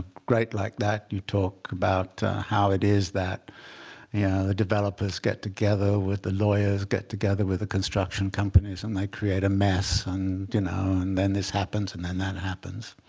great like that. you talk about how it is that yeah the developers get together with the lawyers, get together with construction companies, and they create a mess. and you know and then this happens, and then that happens.